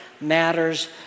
matters